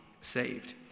saved